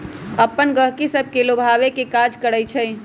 coupon गहकि सभके लोभावे के काज करइ छइ